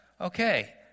Okay